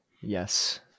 Yes